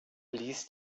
blies